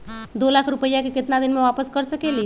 दो लाख रुपया के केतना दिन में वापस कर सकेली?